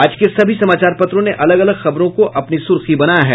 आज के सभी समाचार पत्रों ने अलग अलग खबरों को अपनी सुर्खी बनाया है